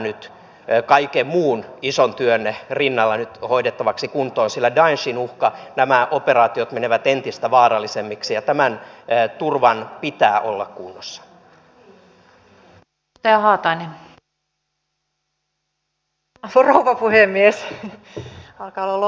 lukioverkostoa ei kaiken muun ison työn rinnalla hoidettavaksi kun toisille daisy muka nämä operaatiot menevät myöskään karsita tästä verkostosta halutaan pitää kiinni lukioihin ei enää tämmöisiä leikkauksia tule kuten aikaisemmin